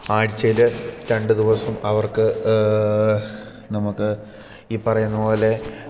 ആഴ്ച്ചയിൽ രണ്ടു ദിവസം അവർക്ക് നമുക്ക് ഈ പറയുന്നതുപോലെ